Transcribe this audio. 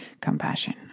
compassion